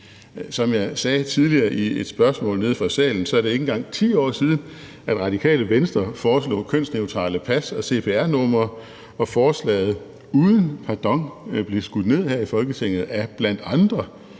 Som jeg sagde tidligere i et spørgsmål nede fra salen, er det ikke engang 10 år siden, at Det Radikale Venstre foreslog kønsneutrale pas og cpr-numre, og forslaget blev uden pardon skudt ned her i Folketinget af bl.a.